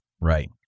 right